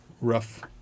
rough